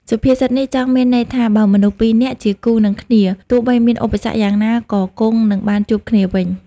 សុភាសិតនេះចង់មានន័យថា បើមនុស្សពីរនាក់ជាគូនឹងគ្នា ទោះបីមានឧបសគ្គយ៉ាងណាក៏គង់នឹងបានជួបគ្នាវិញ។